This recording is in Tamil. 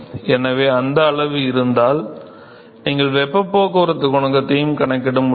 எனவே இந்த அளவு இருந்தால் நீங்கள் வெப்ப போக்குவரத்து குணகத்தையும் கணக்கிட முடியும்